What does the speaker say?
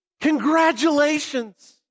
congratulations